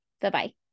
bye-bye